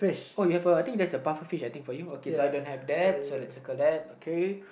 oh you have a I think there's a pufferfish I think for you okay so I don't have that so let's took out that okay